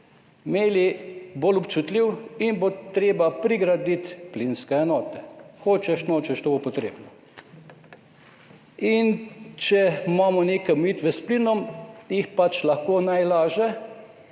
imeli bolj občutljiv in bo treba prigraditi plinske enote. Hočeš nočeš, to bo potrebno. In če imamo neke omejitve s plinom, jih pač lahko najlažje